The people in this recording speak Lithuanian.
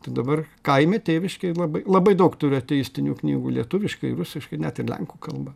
tai dabar kaime tėviškėj labai labai daug turiu ateistinių knygų lietuviškai rusiškai net ir lenkų kalba